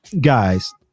Guys